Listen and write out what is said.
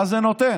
מה זה נותן?